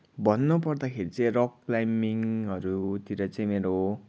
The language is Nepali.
भन्नु पर्दाखेरि चाहिँ रक क्लाइमिङहरूतिर चाहिँ मेरो